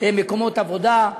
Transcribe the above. מקומות עבודה.